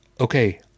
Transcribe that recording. okay